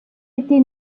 été